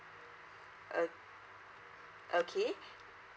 o~ okay